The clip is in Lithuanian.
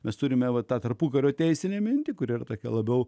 mes turime va tą tarpukario teisinę mintį kuri yra tokia labiau